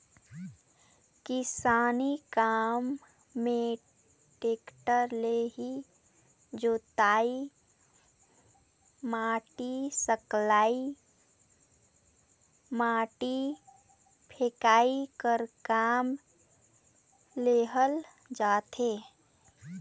किसानी काम मे टेक्टर ले ही जोतई, माटी सकलई, माटी फेकई कर काम लेहल जाथे